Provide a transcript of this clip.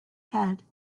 head